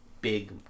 big